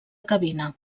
cabina